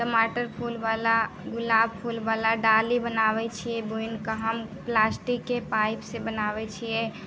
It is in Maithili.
टमाटर फूलवला गुलाब फूलवला डाली बनाबैत छियै बुनि कऽ हम प्लास्टिकके पाइपसँ बनाबैत छियै